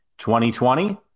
2020